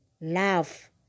love